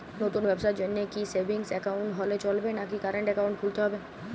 নতুন ব্যবসার জন্যে কি সেভিংস একাউন্ট হলে চলবে নাকি কারেন্ট একাউন্ট খুলতে হবে?